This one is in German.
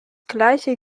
gleiche